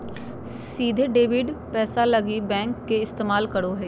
सीधे डेबिट पैसा लगी बैंक के इस्तमाल करो हइ